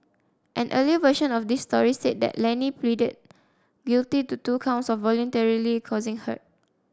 an earlier version of this story said that Lenny pleaded guilty to two counts of voluntarily causing hurt